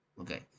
Okay